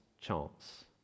chance